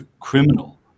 criminal